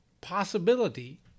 possibility